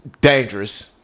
dangerous